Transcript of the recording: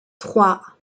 trois